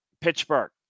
Pittsburgh